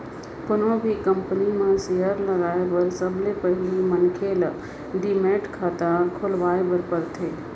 कोनो भी कंपनी म सेयर लगाए बर सबले पहिली मनखे ल डीमैट खाता खोलवाए बर परथे